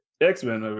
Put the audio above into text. X-Men